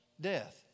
death